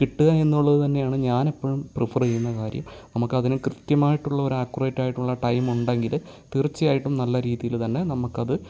കിട്ടുക എന്നുള്ളത് തന്നെയാണ് ഞാൻ എപ്പോഴും പ്രിഫറ് ചെയ്യുന്ന കാര്യം നമുക്ക് അതിന് കൃത്യമായിട്ടുള്ള ഒരു ആക്കുറേറ്റ് ആയിട്ടുളള ടൈം ഉണ്ടെങ്കിൽ തീർച്ചയായിട്ടും നല്ല രീതിയിൽ തന്നെ നമുക്കത്